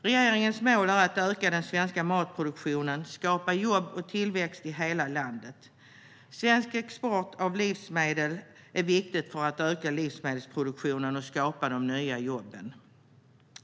Regeringens mål är att öka den svenska matproduktionen och skapa jobb och tillväxt i hela landet. Svensk export av livsmedel är viktig för att öka livsmedelsproduktionen och skapa de nya jobben.